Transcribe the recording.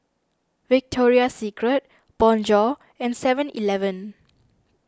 Victoria Secret Bonjour and Seven Eleven